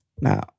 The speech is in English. now